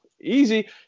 Easy